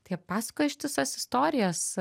tai jie pasakoja ištisas istorijas